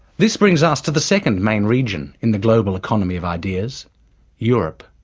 this brings us to the second main region in the global economy of ideas europe.